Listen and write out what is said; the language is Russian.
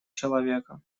человека